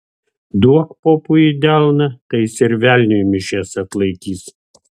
duok popui į delną tai jis ir velniui mišias atlaikys